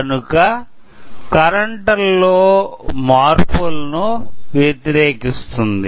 కనుక కరెంటు లో మార్పులను వ్యతిరేకిస్తుంది